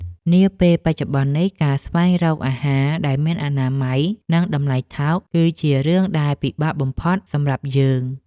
នាពេលបច្ចុប្បន្ននេះ ការស្វែងរកអាហារដែលមានអនាម័យនិងតម្លៃថោក គឺជារឿងដែលពិបាកបំផុតសម្រាប់យើង។